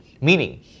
Meaning